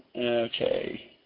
Okay